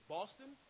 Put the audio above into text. Boston